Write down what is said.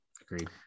agreed